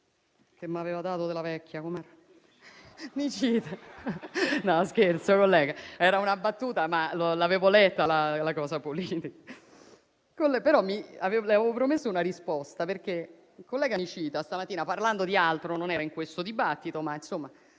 che mi aveva dato della vecchia: com'era? Nicita. No, scherzo, collega: era una battuta, ma avevo letto la cosa politica. Gli avevo promesso una risposta, perché il collega Nicita stamattina, parlando di altro (non era in questo dibattito, ma, insomma,